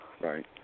right